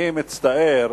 אני מצטער